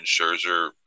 Scherzer